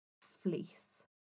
fleece